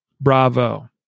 Bravo